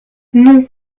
non